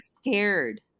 scared